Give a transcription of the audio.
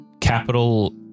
capital